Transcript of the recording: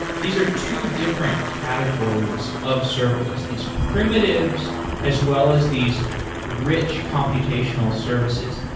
these are two different categories of serverless, these primitives as well as these rich computational services.